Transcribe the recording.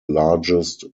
largest